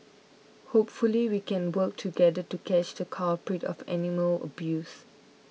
hopefully we can work together to catch the culprit of animal abuse